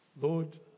Lord